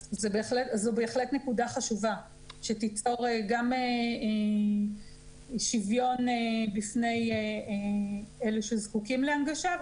אז זו בהחלט נקודה חשובה שתיצור גם שוויון בפני אלה שזקוקים להנגשה,